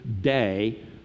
day